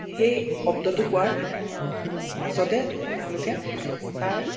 সেই শব্দটো কোৱাৰ পাছতে তেওঁলোকে তাৰ